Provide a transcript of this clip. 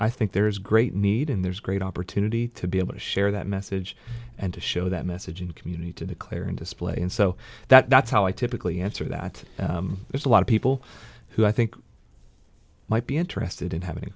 i think there is great need and there's great opportunity to be able to share that message and to show that message and community to declare and display and so that's how i typically answer that there's a lot of people who i think might be interested in having a